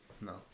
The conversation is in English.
No